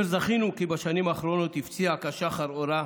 זכינו כי בשנים האחרונות הפציע כשחר אורה,